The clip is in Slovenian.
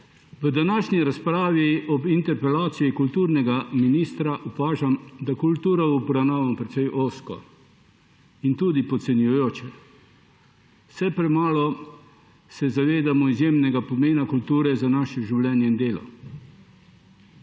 V današnji razpravi ob interpelaciji kulturnega ministra opažam, da kulturo obravnavamo precej ozko in tudi podcenjujoče. Vse premalo se zavedamo izjemnega pomena kulture za naše življenje in delo.